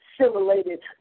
simulated